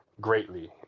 greatly